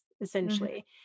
essentially